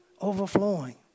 Overflowing